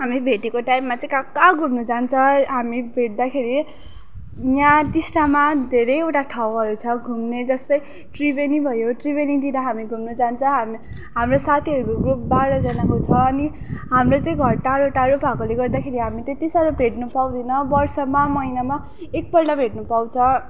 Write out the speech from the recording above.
हामी भेटेको टाइममा चाहिँ कहाँ कहाँ घुम्नु जान्छ हामी भेट्दाखेरि यहाँ टिस्टामा धेरैवटा ठाउँहरू छ घुम्ने जस्तै त्रिवेणी भयो त्रिवेणीतिर हामी घुम्नु जान्छ हामी हाम्रो साथीहरूको ग्रुप बाह्रजनाको छ अनि हाम्रो चाहिँ घर टाढो टाढो भएकोले गर्दाखेरि हामी त्यति साह्रो भेट्नु पाउँदिन वर्षमा महिनामा एकपल्ट भेट्नु पाउँछ